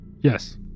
yes